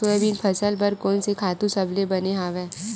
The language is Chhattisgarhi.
सोयाबीन फसल बर कोन से खातु सबले बने हवय?